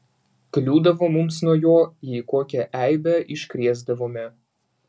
kliūdavo mums nuo jo jei kokią eibę iškrėsdavome